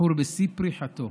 בחור בשיא פריחתו,